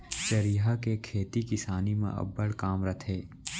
चरिहा के खेती किसानी म अब्बड़ काम रथे